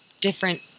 different